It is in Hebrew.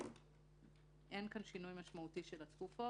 אין כאן שינוי משמעותי של התקופות.